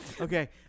Okay